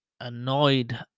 annoyed